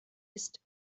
ist